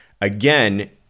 again